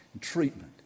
treatment